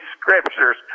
Scriptures